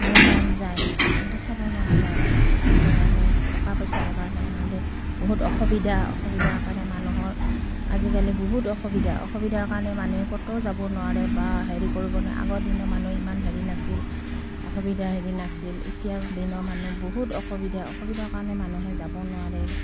বহুত মন যায় কিন্তু চাবও নোৱাৰোঁ আৰু সেইটো কাৰণে টকা পইচাৰৰ কাৰণে বহুত অসুবিধা অসুবিধাৰ কাৰণে মানুহৰ আজিকালি বহুত অসুবিধা অসুবিধাৰ কাৰণে মানুহে ক'তো যাব নোৱাৰে বা হেৰি কৰিব নোৱাৰে আগৰ দিনৰ মানুহৰ ইমান হেৰি নাছিল অসুবিধা হেৰি নাছিল এতিয়া দিনৰ মানুহ বহুত অসুবিধা অসুবিধাৰ কাৰণে মানুহে যাব নোৱাৰে